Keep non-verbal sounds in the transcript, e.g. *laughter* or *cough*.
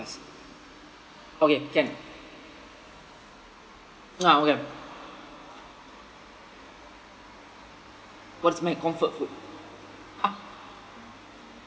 ask okay can ah okay what is my comfort food *noise*